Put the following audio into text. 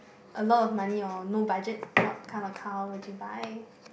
a lot of money or no budget what kind of car would you buy